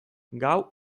gau